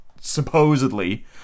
supposedly